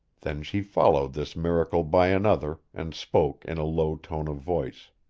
then she followed this miracle by another, and spoke in a low tone of voice.